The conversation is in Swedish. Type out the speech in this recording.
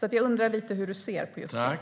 Jag undrar hur du ser på just det.